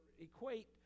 equate